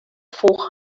four